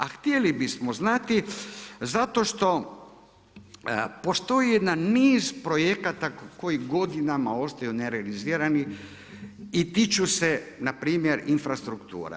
A htjeli bismo znati, zato što postoji jedan niz projekata koji godinama ostaju nerealizirani i tiču se npr. infrastruktura.